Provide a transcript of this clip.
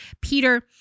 Peter